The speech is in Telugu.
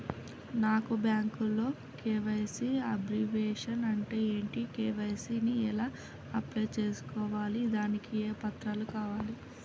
నాకు బ్యాంకులో కే.వై.సీ అబ్రివేషన్ అంటే ఏంటి కే.వై.సీ ని ఎలా అప్లై చేసుకోవాలి దానికి ఏ పత్రాలు కావాలి?